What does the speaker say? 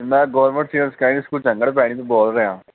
ਮੈਂ government senior secondary school Angan Bhaini ਤੋਂ ਬੋਲ ਰਿਹਾਂ